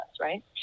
right